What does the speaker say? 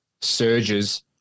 surges